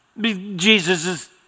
Jesus